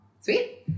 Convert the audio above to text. Sweet